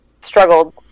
struggled